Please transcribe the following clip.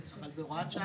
אבל בהוראת שעה.